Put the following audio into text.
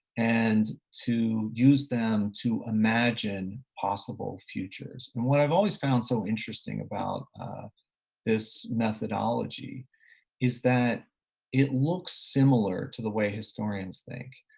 and to use them to imagine possible futures. and what i've always found so interesting about this methodology is that it looks similar to the way historians think.